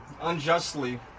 unjustly